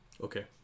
Okay